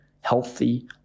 healthy